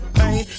pain